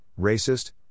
racist